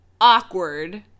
Awkward